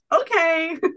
okay